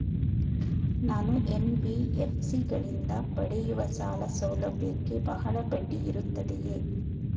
ನಾನು ಎನ್.ಬಿ.ಎಫ್.ಸಿ ಗಳಿಂದ ಪಡೆಯುವ ಸಾಲ ಸೌಲಭ್ಯಕ್ಕೆ ಬಹಳ ಬಡ್ಡಿ ಇರುತ್ತದೆಯೇ?